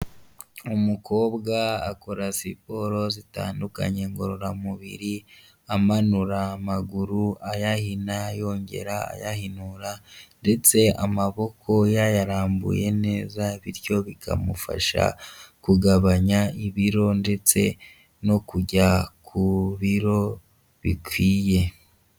Umukobwa akora siporo zitandukanye ngororamubiri, amanura amaguru, ayahina yongera ayahinura ndetse amaboko yayarambuye neza bityo bikamufasha kugabanya ibiro ndetse no kujya ku biro bikwiye.